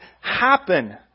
happen